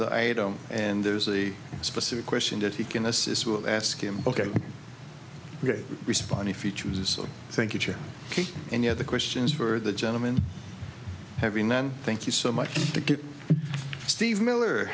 the item and there's a specific question that he can assist we'll ask him ok we respond if he chooses so thank you any other questions for the gentleman having then thank you so much to get steve miller